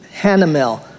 Hanamel